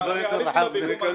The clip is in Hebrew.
הפיגום התכופף.